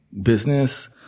business